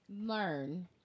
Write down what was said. Learn